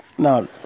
Now